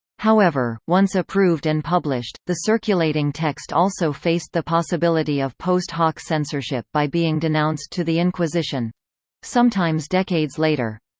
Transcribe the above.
however, once approved and published, the circulating text also faced the possibility of post-hoc censorship censorship by being denounced to the inquisition sometimes decades later.